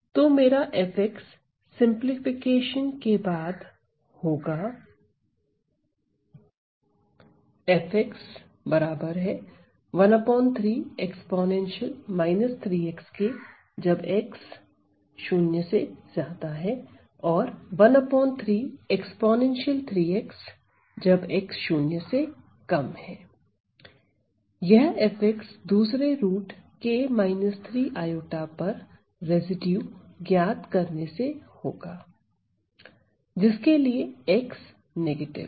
तो मेरा f simplification के बाद होगा यह f दूसरे रूट पर रेसिड्यू ज्ञात करने से होगा जिसके लिए x नेगेटिव है